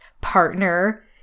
partner